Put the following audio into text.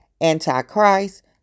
anti-Christ